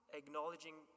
acknowledging